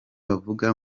bavuga